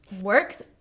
works